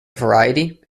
variety